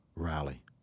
rally